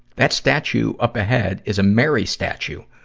that statue up ahead is a mary statue.